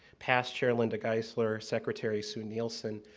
past chair linda geisler, secretary sue neilson,